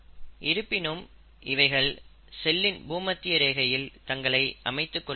இருப்பினும் அவைகள் செல்லின் பூமத்திய ரேகையில் தங்களை அமைத்துக் கொள்ளவில்லை